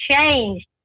changed